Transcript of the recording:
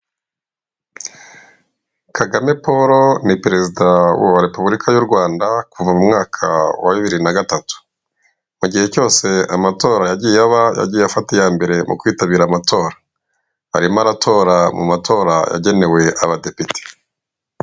Kagame Paul ni perezida wa repubulika y'u Rwanda, kuva mu mwaka wa bibiri na gatatu. Mu gihe cyose amatora yagiye aba, yagiye afata iya mbere mu kwitabira amatora. Arimo aratora mu matora yagenewe abadepite.